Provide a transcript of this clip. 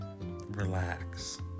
relax